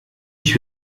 ich